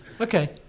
Okay